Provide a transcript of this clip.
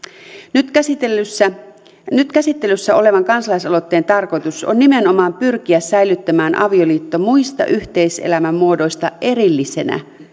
nyt käsittelyssä nyt käsittelyssä olevan kansalaisaloitteen tarkoitus on nimenomaan pyrkiä säilyttämään avioliitto muista yhteiselämän muodoista erillisenä